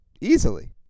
Easily